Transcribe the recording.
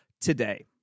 today